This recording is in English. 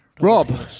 Rob